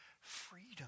freedom